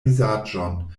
vizaĝon